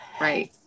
Right